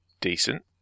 decent